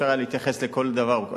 היה אפשר להתייחס לכל דבר,